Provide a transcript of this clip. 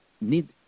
need